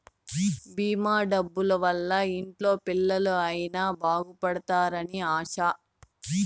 భీమా డబ్బుల వల్ల ఇంట్లో పిల్లలు అయిన బాగుపడుతారు అని ఆశ